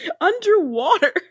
underwater